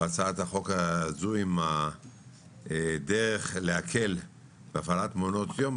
בהצעת החוק הזו, עם הדרך להקל בהפעלת מעונות יום.